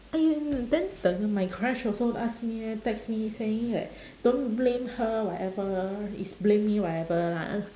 !aiyo! then the my crush also ask me text me saying that don't blame her whatever is blame me whatever ah